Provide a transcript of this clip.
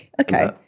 Okay